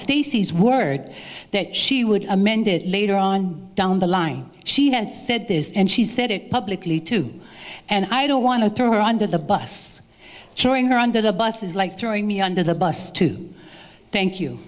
stacy's word that she would amend it later on down the line she had said this and she said it publicly too and i don't want to throw her under the bus throwing her under the bus is like throwing me under the bus to thank you